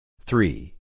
Three